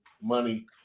money